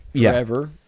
forever